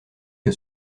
que